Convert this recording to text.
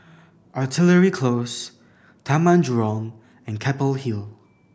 Artillery Close Taman Jurong and Keppel Hill